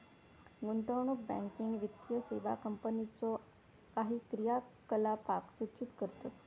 गुंतवणूक बँकिंग वित्तीय सेवा कंपनीच्यो काही क्रियाकलापांक सूचित करतत